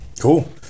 cool